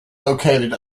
located